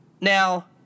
Now